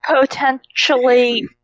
potentially